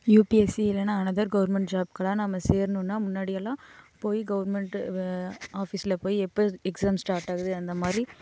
UPSC இல்லைனா another government ஜாப்க்கெலாம் நம்ம சேரணும்னா முன்னாடியெல்லாம் போய் கவுர்மெண்ட் ஆஃபீஸில் போய் எப்போ எக்ஸாம் ஸ்ட்டாட் ஆகுது அந்தமாதிரி